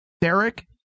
Derek